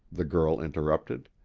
the girl interrupted.